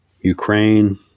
Ukraine